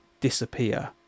disappear